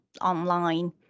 online